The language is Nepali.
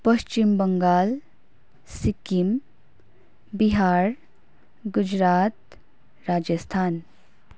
पश्चिम बङ्गाल सिक्किम बिहार गुजरात राजस्थान